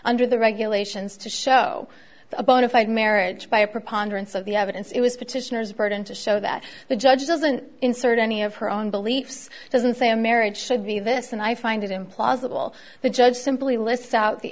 under the regulations to show a bona fide marriage by a preponderance of the evidence it was petitioners burden to show that the judge doesn't insert any of her own beliefs doesn't say a marriage should be this and i find it implausible the judge simply lists out the